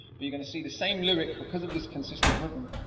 but you're gonna see the same lyric, because of this consistent rhythm,